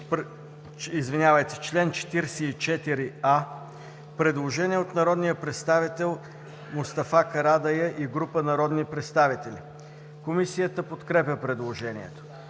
чл. 46. По чл. 44а има предложение от народния представител Мустафа Карадайъ и група народни представители. Комисията подкрепя предложението.